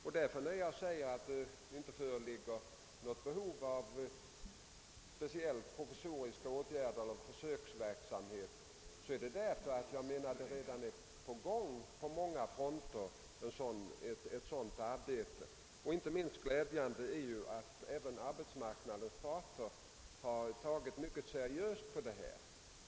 Och när jag säger att det inte föreligger något behov av speciella provisoriska åtgärder för försöksverksamhet, så beror det på att redan på många fronter är verksamhet på gång. Inte minst glädjande är att arbetsmarknadens parter tagit mycket seriöst på problemet.